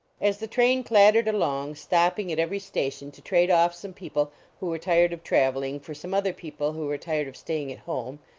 as the train clattered along, stopping at every station to trade off some people who were tired of trav eling for some other people who were tired of staying at home,